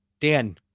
Dan